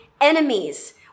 enemies